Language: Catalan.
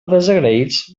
desagraïts